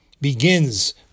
begins